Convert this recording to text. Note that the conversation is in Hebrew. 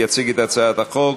יציג את הצעת החוק,